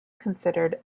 considered